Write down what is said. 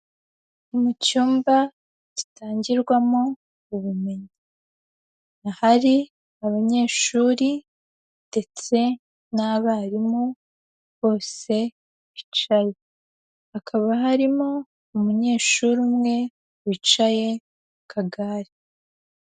Mu cyumba gitangirwamo ubumenyi, Ahari abanyeshuri ndetse n'abarimu bose bicaye. Hakaba harimo umunyeshuri umwe wicaye mu kagare.